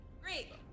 Great